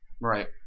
Right